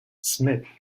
smith